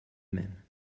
même